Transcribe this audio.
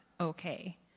okay